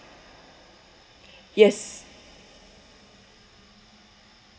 yes